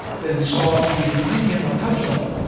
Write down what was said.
then saw he behind him a cudgel,